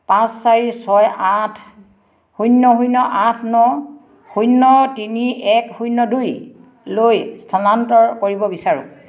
পাঁচ চাৰি ছয় আঠ শূন্য শূন্য আঠ ন শূন্য তিনি এক শূন্য দুইলৈ স্থানান্তৰ কৰিব বিচাৰো